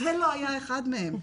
זה לא היה אחד מהם,